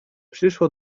przyszło